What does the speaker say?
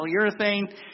polyurethane